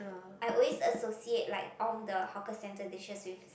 I always associate like all the hawker centre dishes with